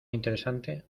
interesante